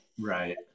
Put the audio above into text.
Right